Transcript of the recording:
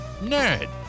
nerd